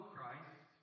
Christ